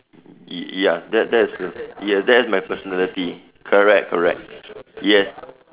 y~ ya that that's uh ya that is my personality correct correct yes